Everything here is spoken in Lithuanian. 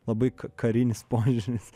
labai ka karinis poilsis